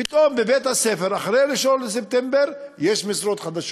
פתאום בבית-הספר, אחרי 1 בספטמבר, יש משרות חדשות,